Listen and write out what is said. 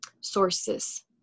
sources